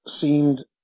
seemed